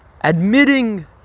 admitting